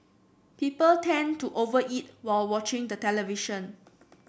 people tend to over eat while watching the television